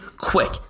Quick